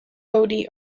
odie